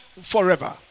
forever